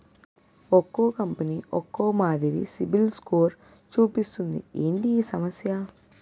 ఒక్కో కంపెనీ ఒక్కో మాదిరి సిబిల్ స్కోర్ చూపిస్తుంది ఏంటి ఈ సమస్య?